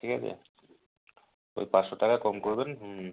ঠিক আছে ওই পাঁচশো টাকা কম করবেন হুম